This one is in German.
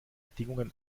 bedingungen